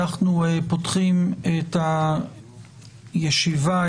אנחנו פותחים את הישיבה,